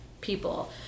people